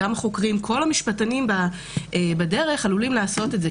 כל המשפטנים בדרך עלולים לעשות את זה.